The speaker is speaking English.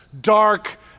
dark